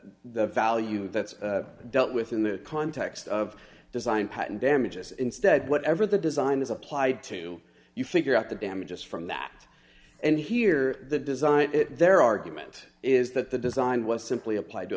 the value that's dealt with in the context of design patent damages instead whatever the design is applied to you figure out the damages from that and here the design their argument is that the design was simply appl